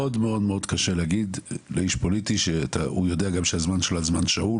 מאוד-מאוד קשה להגיד לאיש פוליטי והוא גם יודע שהוא על זמן שאול,